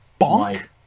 Bonk